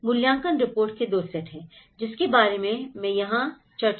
मूल्यांकन रिपोर्ट के दो सेट हैं जिसके बारे में मैं यहां चर्चा करने जा रहा हूं